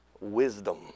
wisdom